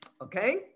Okay